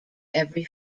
every